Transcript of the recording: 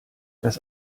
das